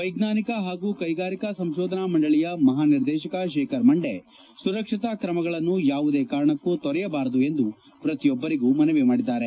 ವೈಜ್ಞಾನಿಕ ಹಾಗೂ ಕೈಗಾರಿಕಾ ಸಂಶೋಧನಾ ಮಂಡಳಿಯ ಮಹಾನಿರ್ದೇಶಕ ಶೇಖರ್ ಮಂಡೆ ಸುರಕ್ಷತಾ ಕ್ರಮಗಳನ್ನು ಯಾವುದೇ ಕಾರಣಕ್ಕೂ ತೊರೆಯ ಬಾರದು ಎಂದು ಪ್ರತಿಯೊಬ್ಬರಿಗೂ ಮನವಿ ಮಾಡಿದ್ದಾರೆ